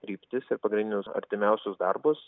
kryptis ir pagrindinius artimiausius darbus